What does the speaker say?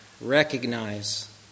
recognize